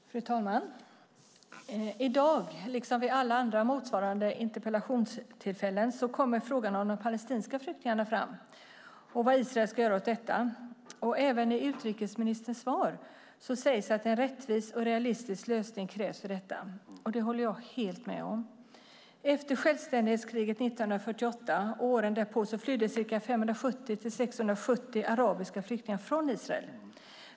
Fru talman! I dag liksom vid andra motsvarande interpellationstillfällen kommer frågan om de palestinska flyktingarna upp och vad Israel ska göra åt den. Även i utrikesministerns svar sägs att en rättvis och realistisk lösning krävs. Det håller jag helt med om. Efter självständighetskriget 1948 och åren därefter flydde mellan 570 000 och 670 000 arabiska flyktingar från Israel.